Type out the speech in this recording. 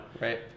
Right